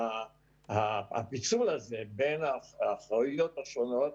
והפיצול הזה בין אחריויות השונות,